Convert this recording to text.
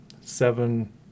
seven